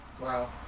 Wow